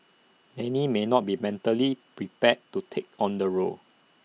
any may not be mentally prepared to take on the role